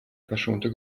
verschonte